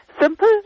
simple